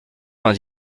vingt